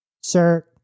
Sir